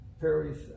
Paris